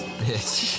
bitch